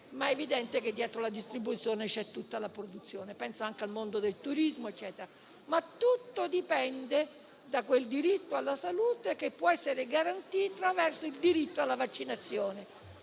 è evidente però che c'è tutta la produzione. Penso poi anche al mondo del turismo, eccetera. Tutto dipende dunque dal diritto alla salute, che può essere garantito attraverso il diritto alla vaccinazione.